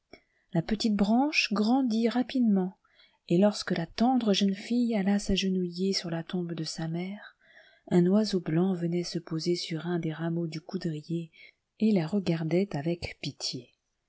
la petite branche grandit rapidement et lorsque la tendre jeune hlle allait s'agenouiller sur la tombe de sa mère un oiseau blanc venait se poser sur un des rameaux du coudrier et la regardait avec pitié